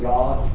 God